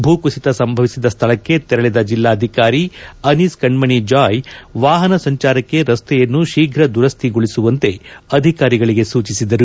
ಭೂಕುಸಿತ ಸಂಭವಿಸಿದ ಸ್ನಳಕ್ಷೆ ತೆರಳಿದ ಜಿಲ್ಲಾಧಿಕಾರಿ ಅನೀಸ್ ಕಣ್ಣಣಿ ಜಾಯ್ ವಾಹನ ಸಂಚಾರಕ್ಷೆ ರಸ್ತೆಯನ್ನು ಶೀಘ ದುರಸ್ನಿಗೊಳಿಸುವಂತೆ ಅಧಿಕಾರಿಗಳಿಗೆ ಸೂಚಿಸಿದರು